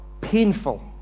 painful